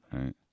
right